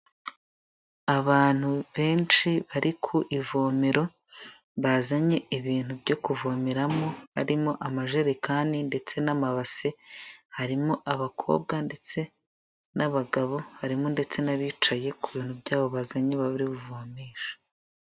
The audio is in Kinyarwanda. Abantu benshi bari ku ivomero bazanye ibintu byo kuvomeramo; harimo amajerekani ndetse n'amabase, harimo abakobwa ndetse n'abagabo, harimo ndetse n'abicaye ku bintu byabo bazanye bari buvomeshe.